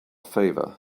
favor